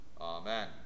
Amen